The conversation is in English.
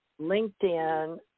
LinkedIn